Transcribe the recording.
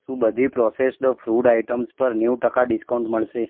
શું બધી processed food items પર નેવું ટકા ડિસ્કાઉન્ટ મળશે